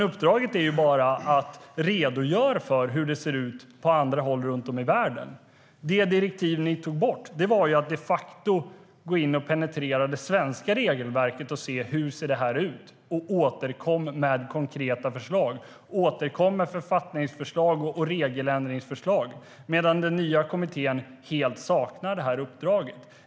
Uppdraget är bara: Redogör för hur det ser ut på andra håll runt om i världen. Det direktiv ni tog bort var att de facto gå in och penetrera det svenska regelverket och se: Hur ser det ut? Återkom med konkreta förslag, och återkom med författningsförslag och regeländringsförslag. Den nya kommittén saknar helt det uppdraget.